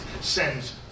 sends